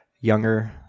younger